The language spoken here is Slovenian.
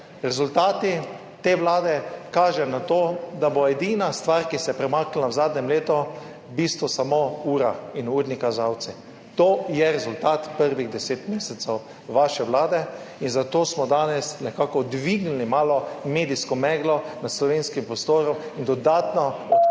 Rezultati te vlade kažejo na to, da bodo edina stvar, ki se je premaknila v zadnjem letu, v bistvu samo ura in urni kazalci. To je rezultat prvih 10 mesecev vaše vlade. Zato smo danes nekako malo dvignili medijsko meglo nad slovenskim prostorom in dodatno odprli